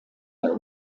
der